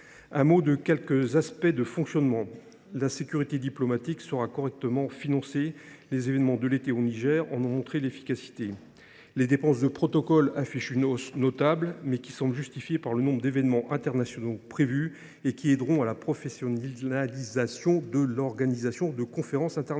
un mot des dépenses de fonctionnement. La sécurité diplomatique sera correctement financée : les événements de l’été dernier au Niger en ont montré la nécessité. Les crédits de protocole affichent une hausse notable, mais qui semble justifiée par le nombre d’événements internationaux prévus ; ils aideront à la professionnalisation de l’organisation de conférences internationales.